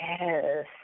Yes